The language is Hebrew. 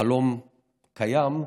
החלום קיים,